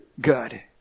good